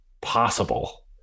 possible